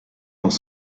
dans